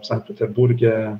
sankt peterburge